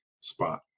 spot